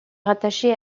rattachée